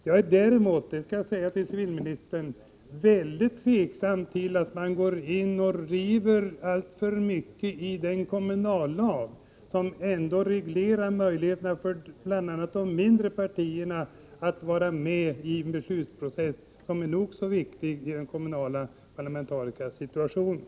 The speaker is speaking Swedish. Jag är däremot — det vill jag säga till civilministern — väldigt tveksam till att man går in och river alltför mycket i den kommunallag som ändå reglerar möjligheterna för bl.a. de mindre partierna att vara med i en beslutsprocess som är nog så viktig i den kommunala parlamentariska situationen.